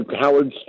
Howard